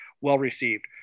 well-received